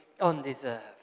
undeserved